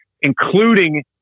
including